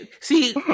See